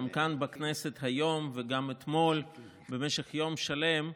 גם כאן בכנסת היום וגם אתמול במשך יום שלם,